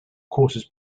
courses